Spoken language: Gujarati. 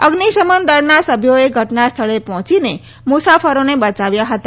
અઝ્નિશમન દળના સભ્યોએ ઘઠના સ્થળે પહોંચીને મુસાફરોને બચાવ્યા હતા